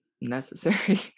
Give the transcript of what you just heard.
necessary